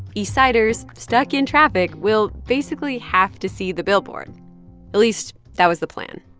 east-siders stuck in traffic will basically have to see the billboard at least that was the plan.